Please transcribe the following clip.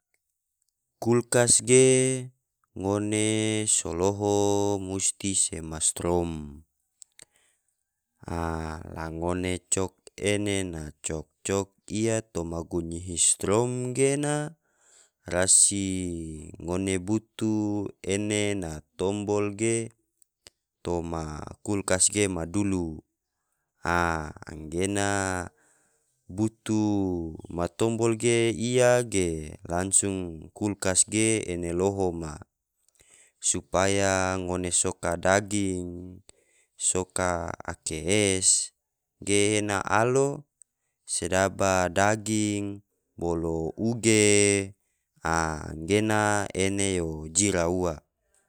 Kulkas ge ngonee solohoo musti sema strom, aa la ngone cok ene na cok-cok iya toma gunyihi strom gena, rasi ngone butuu ene na tombol ge toma kulkas ge ma dulu. Aa anggena butuu ma tombol ge iya ge langsung kulkas ge ene loho ma, supaya ngone soka daging, soka ake es, ge ena alo sedaba daging, bolo uge, aa anggena ena jira ua.